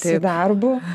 su darbu